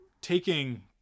taking